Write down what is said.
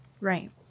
Right